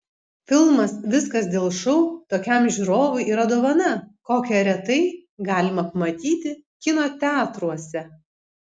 filmas viskas dėl šou tokiam žiūrovui yra dovana kokią retai galima pamatyti kino teatruose